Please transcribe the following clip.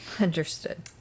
Understood